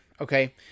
okay